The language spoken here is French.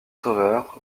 sauveur